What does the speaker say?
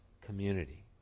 community